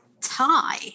tie